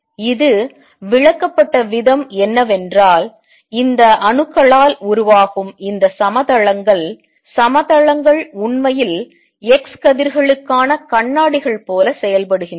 இது விளக்கப்பட்ட விதம் என்னவென்றால் இந்த அணுக்களால் உருவாகும் இந்த சம தளங்கள் சம தளங்கள் உண்மையில் x கதிர்களுக்கான கண்ணாடிகள் போல செயல்படுகின்றன